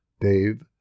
Dave